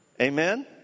Amen